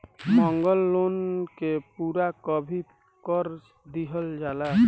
मांगल लोन के पूरा कभी कर दीहल जाला